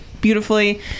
beautifully